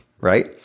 Right